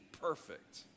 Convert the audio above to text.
perfect